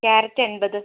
carrot എൺപത്